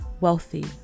wealthy